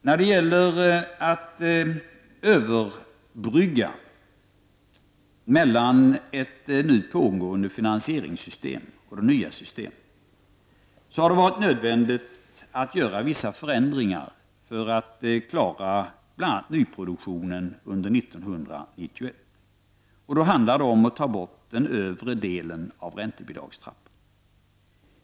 När det gäller att göra en överbryggning mellan ett nu pågående finansieringssystem och det nya systemet har det varit nödvändigt att göra vissa förändringar för att klara bl.a. nyproduktionen under 1991. Då handlar det om att man skall ta bort den övre delen av räntebidragstrappan.